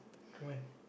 why